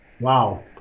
Wow